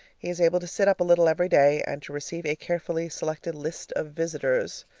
he is able to sit up a little every day and to receive a carefully selected list of visitors.